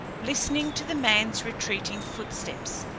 listening to the man's retreating footsteps.